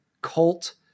cult